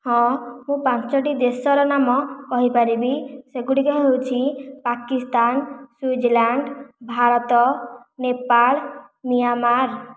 ହଁ ମୁଁ ପାଞ୍ଚୋଟି ଦେଶର ନାମ କହିପାରିବି ସେଗୁଡ଼ିକ ହେଉଛି ପାକିସ୍ତାନ ସୁଇଜରଲାଣ୍ଡ ଭାରତ ନେପାଳ ମିଆଁମାର